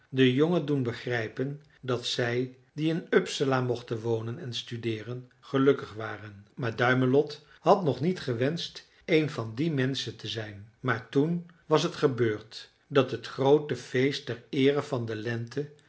den jongen doen begrijpen dat zij die in uppsala mochten wonen en studeeren gelukkig waren maar duimelot had nog niet gewenscht een van die menschen te zijn maar toen was het gebeurd dat het groote feest ter eere van de lente